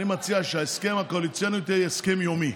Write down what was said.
אני מציע שההסכם הקואליציוני יהיה הסכם יומי.